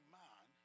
man